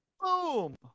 Boom